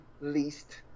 least